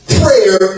prayer